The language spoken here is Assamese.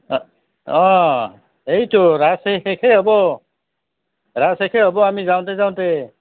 অ' সেইটো ৰাস চাই শেষেই হ'ব ৰাস শেষেই হ'ব আমি যাওঁতে যাওঁতে